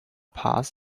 paz